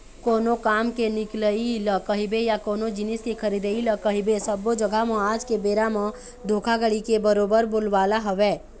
कोनो काम के निकलई ल कहिबे या कोनो जिनिस के खरीदई ल कहिबे सब्बो जघा म आज के बेरा म धोखाघड़ी के बरोबर बोलबाला हवय